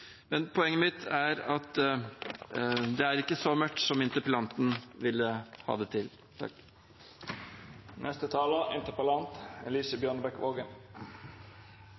Poenget mitt er at det ikke er så mørkt som interpellanten vil ha det til.